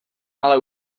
ale